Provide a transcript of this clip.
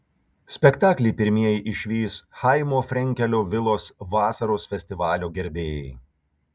spektaklį pirmieji išvys chaimo frenkelio vilos vasaros festivalio gerbėjai